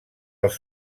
els